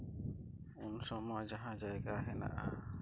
ᱩᱱ ᱥᱚᱢᱚᱭ ᱡᱟᱦᱟᱸ ᱡᱟᱭᱜᱟ ᱦᱮᱱᱟᱜᱼᱟ